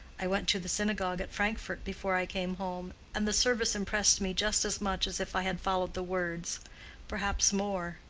i went to the synagogue at frankfort before i came home, and the service impressed me just as much as if i had followed the words perhaps more.